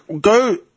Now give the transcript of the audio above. go